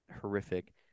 horrific